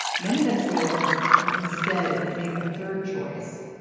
many venezuelans have instead made a third choice.